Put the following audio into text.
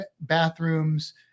bathrooms